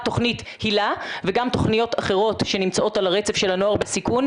תכנית היל"ה וגם תכניות אחרות שנמצאות על הרצף של הנוער בסיכון,